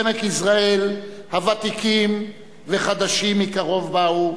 עמק יזרעאל, הוותיקים והחדשים שמקרוב באו,